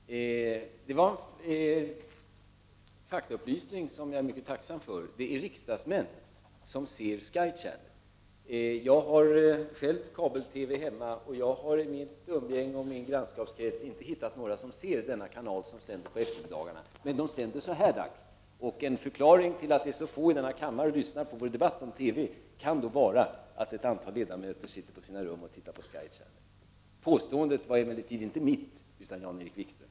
Herr talman! Jag fick en faktaupplysning, som jag är tacksam för: det är riksdagsmän som ser på Sky Channel! Jag har själv kabel-TV hemma, men jag har i min umgängeskrets eller bland mina grannar inte funnit någon som ser på denna kanal som sänder på eftermiddagarna. En förklaring till att det är så få närvarande i kammaren och lyssnar på vår debatt om TV kan då vara att ett antal ledamöter sitter på sina rum och tittar på Sky Channel. Detta påstående var emellertid inte mitt utan Jan-Erik Wikströms.